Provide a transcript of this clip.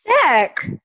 Sick